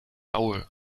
aue